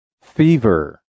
Fever